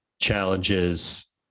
challenges